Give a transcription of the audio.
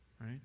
right